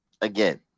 Again